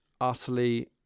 utterly